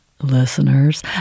Listeners